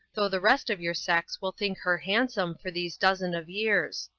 though the rest of your sex will think her handsome for these dozen of years.